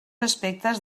aspectes